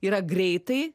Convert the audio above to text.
yra greitai